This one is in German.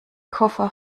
koffer